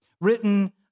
Written